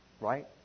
right